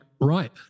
right